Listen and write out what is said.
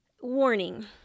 Warning